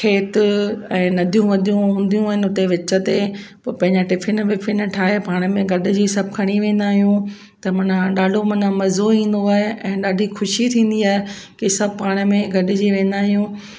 खेत ऐ नदियूं वदियूं हूंदियूं आहिनि हुते विच ते पोइ पंहिंजा टिफ़िन विफ़िन ठाहे पाण में गॾिजी सभु खणी वेंदा आहियूं त माना ॾाढो माना मज़ो ईंदो आहे ऐं ॾाढी ख़ुशी थींदी आहे कि सभु पाण में गॾिजी वेंदा आहियूं